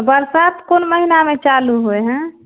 बरसात कोन महिनामे चालू होइ हइ